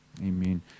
Amen